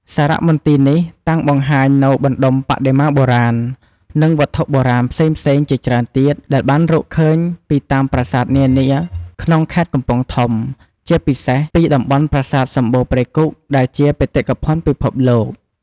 សារមន្ទីរនេះតាំងបង្ហាញនូវបណ្តុំបដិមាបុរាណ និងវត្ថុបុរាណផ្សេងៗជាច្រើនទៀតដែលបានរកឃើញពីតាមប្រាសាទនានាក្នុងខេត្តកំពង់ធំ ជាពិសេសពីតំបន់ប្រាសាទសំបូរព្រៃគុកដែលជាបេតិកភណ្ឌពិភពលោក។